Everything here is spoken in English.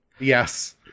Yes